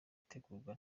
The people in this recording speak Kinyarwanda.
itegurwa